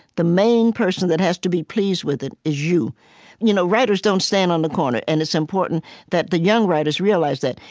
the main person that has to be pleased with it is you you know writers don't stand on the corner. and it's important that the young writers realize that.